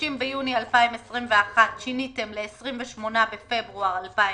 30.6.2021 שיניתם ל-28.2.2021.